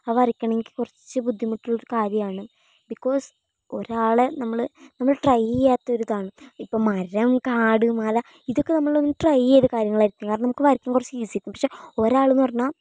അത് വരയ്ക്കണമെങ്കിൽ കുറച്ച് ബുദ്ധിമുട്ടുള്ളൊരു കാര്യമാണ് ബിക്കോസ് ഒരാളെ നമ്മൾ നമ്മൾ ട്രൈ ചെയ്യാത്ത ഒരു ഇതാണ് ഇപ്പം മരം കാട് മഴ ഇതൊക്കെ നമ്മള് ട്രൈ ചെയ്ത കാര്യങ്ങള് ആയിരിക്കും കാരണം നമുക്ക് വരക്കാന് കുറച്ച് ഈസിയാരിക്കും പക്ഷേ ഒരാളെന്നു പറഞ്ഞാൽ